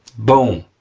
boom,